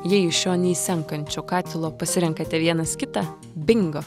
jei iš šio neišsenkančio katilo pasirenkate vienas kitą bingo